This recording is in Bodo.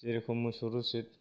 जेरोखोम मोसौ रिसिट